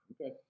Okay